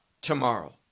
tomorrow